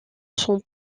sont